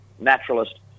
naturalist